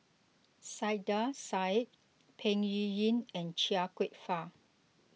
Saiedah Said Peng Yuyun and Chia Kwek Fah